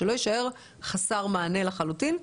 שלא יישאר חסר מענה לחלוטין.